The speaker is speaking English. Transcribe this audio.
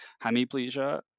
hemiplegia